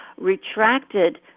retracted